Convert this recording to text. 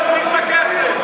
תחזיר את הכסף,